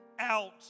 out